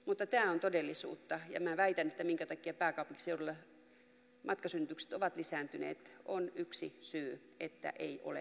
mutta tämä on todellisuutta ja minä väitän että yksi syy siihen minkä takia pääkaupunkiseudulla matkasynnytykset ovat lisääntyneet on se että ei ole aikaa